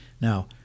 Now